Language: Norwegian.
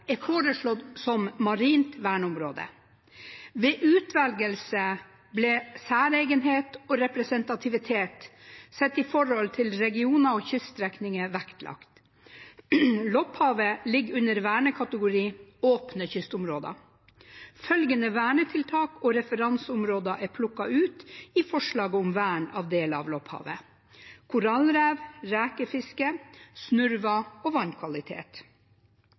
er foreslått som marint verneområde. Ved utvelgelse ble særegenhet og representativitet sett i forhold til regioner og kyststrekninger vektlagt. Lopphavet ligger under vernekategori «åpne kystområder». Følgende vernetiltak og referanseområder er plukket ut i forslaget om vern av deler av Lopphavet: korallrev rekefiske snurrevad vannkvalitet